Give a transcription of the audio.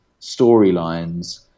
storylines